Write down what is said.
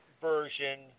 version